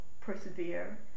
persevere